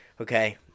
okay